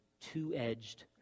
two-edged